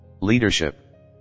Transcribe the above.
Leadership